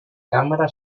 càmera